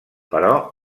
però